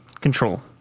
Control